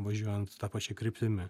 važiuojant ta pačia kryptimi